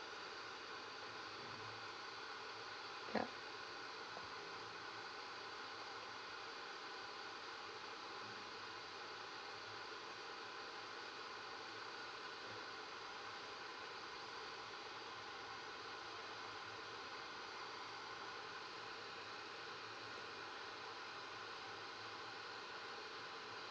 ya